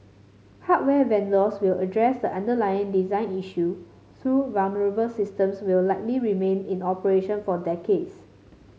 hardware vendors will address the underlying design issue though vulnerable systems will likely remain in operation for decades